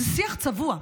שזה שיח צבוע.